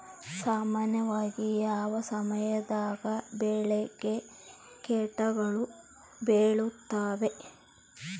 ಸಾಮಾನ್ಯವಾಗಿ ಯಾವ ಸಮಯದಾಗ ಬೆಳೆಗೆ ಕೇಟಗಳು ಬೇಳುತ್ತವೆ?